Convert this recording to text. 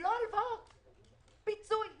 לא הלוואות אלא פיצוי ישיר,